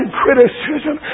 criticism